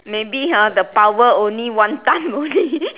maybe ha the power only one time only